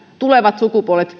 tulevat sukupolvet